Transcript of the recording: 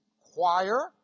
Choir